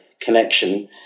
connection